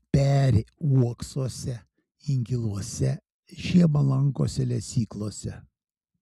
peri uoksuose inkiluose žiemą lankosi lesyklose